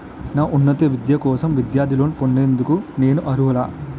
నా ఉన్నత విద్య కోసం విద్యార్థి లోన్ పొందేందుకు నేను అర్హులా?